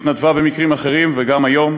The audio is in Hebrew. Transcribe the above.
שהתנדבה במקרים אחרים וגם היום.